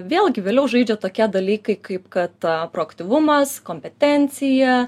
vėlgi vėliau žaidžia tokie dalykai kaip kad proaktyvumas kompetencija